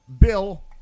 Bill